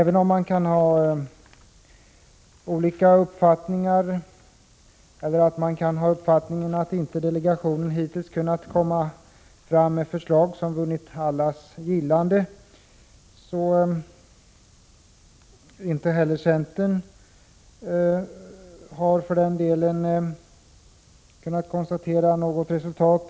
Man kan naturligtvis ha olika uppfattningar om ungdomsboendedelegationen, och man kan tycka att delegationen hittills inte har kommit fram med förslag som vunnit allas gillande. Inte heller centern har kunnat konstatera något resultat.